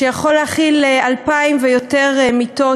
שיכול להכיל 2,000 ויותר מיטות.